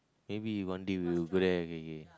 maybe one day we will go there okay okay